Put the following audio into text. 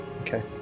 Okay